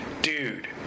dude